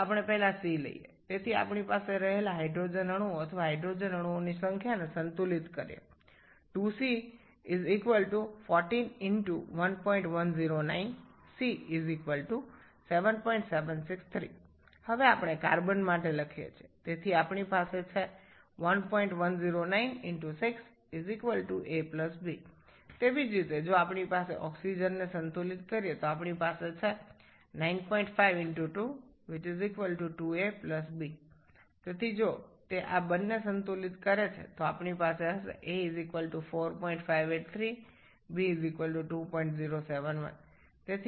আসুন প্রথমে c নেওয়া যাক তাই আমাদের কাছে হাইড্রোজেন অণু বা হাইড্রোজেন পরমাণুর সংখ্যার সাম্যতা করতে হবে 2c 14 × 1109 c 7763 এখন আমরা কার্বনের জন্য লিখি তাই আমাদের রয়েছে 1109 × 6 a b অতএব আমরা যদি অক্সিজেনের সাম্যতা করি তাহলে আমাদের রয়েছে 95 × 2 2a b সুতরাং আমরা যদি এই দুটি সাম্যতা করি আমরা এটি পেতে চলেছি a 4583 b 2071 অতএব আমরা a b এবং c এর মাণ পেয়ে গেছি